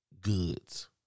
goods